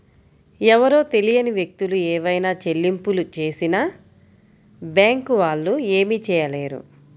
ఎవరో తెలియని వ్యక్తులు ఏవైనా చెల్లింపులు చేసినా బ్యేంకు వాళ్ళు ఏమీ చేయలేరు